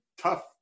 tough